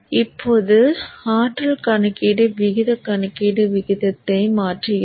இப்போது ஆற்றல் கணக்கீடு விகித கணக்கீடு விகிதத்தை மாற்றுகிறது